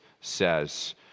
says